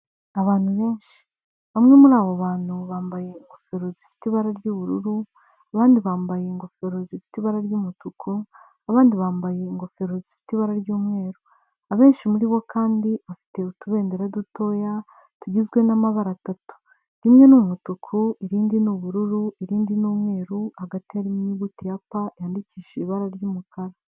Abantu benshi ,bamwe muri abo bantu bambaye ingofero zifite ibara ry'ubururu, abandi bambaye ingofero zifite ibara ry'umutuku, abandi bambaye ingofero zifite ibara ry'umweru, abenshi muri bo kandi bafite utubendera dutoya tugizwe n'amabara atatu, rimwe n umutuku, irindi ni ubururu, irindi ni umweru, hagati hari inyuguti ya pa yandikishije ibara ry'umukara.